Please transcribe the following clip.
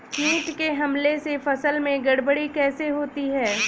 कीट के हमले से फसल में गड़बड़ी कैसे होती है?